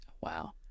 Wow